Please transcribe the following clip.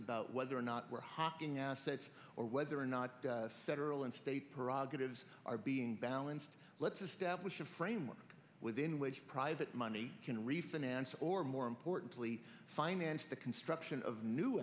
about whether or not we're hocking assets or whether or not federal and state parole gives are being balanced let's establish a framework within which private money can refinance or more importantly finance the construction of new